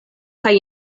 kaj